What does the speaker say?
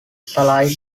slight